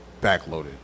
backloaded